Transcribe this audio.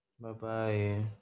Bye-bye